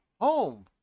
home